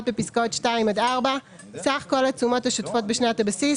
בפסקאות (2) עד (4) סך כל התשומות השוטפות בשנת הבסיס,